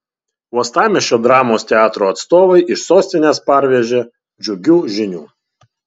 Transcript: uostamiesčio dramos teatro atstovai iš sostinės parvežė džiugių žinių